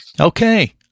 Okay